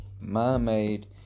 man-made